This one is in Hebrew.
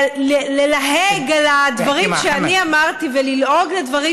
ללהג על הדברים שאני אמרתי וללעוג לדברים